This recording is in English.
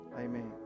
Amen